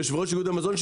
יושב-ראש איגוד המזון,